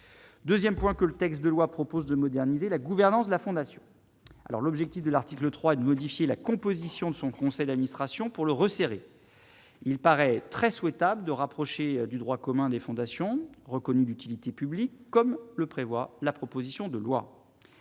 2ème point que le texte de loi propose de moderniser la gouvernance de la fondation alors l'objectif de l'article 3 de modifier la composition de son conseil d'administration pour le resserré, il paraîtrait souhaitable de rapprocher du droit commun des fondations reconnues d'utilité publique, comme le prévoit la proposition de loi